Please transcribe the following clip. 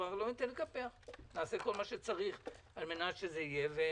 נעשה כל מה שצריך כדי שיהיה,